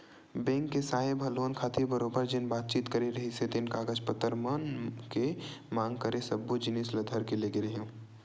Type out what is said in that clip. bank के साहेब ह लोन खातिर बरोबर जेन बातचीत करे रिहिस हे जेन कागज पतर मन के मांग करे सब्बो जिनिस ल धर के लेगे रेहेंव